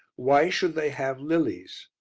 why should they have lilies?